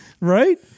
Right